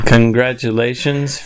Congratulations